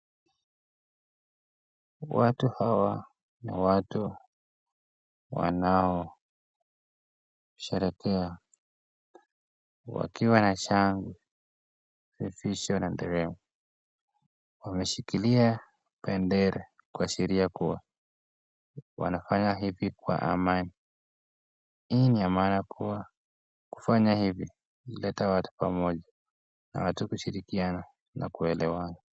Watu hawa ni watu wanaosherehekea wakiwa na shangwe vitisho na nderemo, wameshikilia bendera kuashirikia kuwa wanafanya hivi kwa amani, hii ni ya maana kua kufanya hivi huleta watu pamoja na watu kushirikiana na kuelewana.